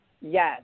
yes